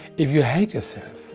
if you hate yourself,